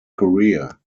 career